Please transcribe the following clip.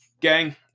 Gang